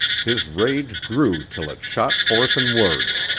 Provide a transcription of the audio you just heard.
his rage grew till it shot forth in words.